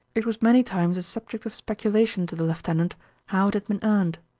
it was many times a subject of speculation to the lieutenant how it had been earned.